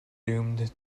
doomed